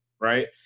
right